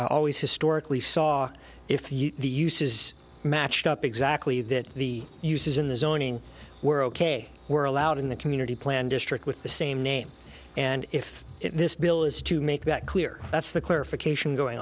always historically saw if the use is matched up exactly that the use is in the zoning we're ok we're allowed in the community plan district with the same name and if this bill is to make that clear that's the clarification going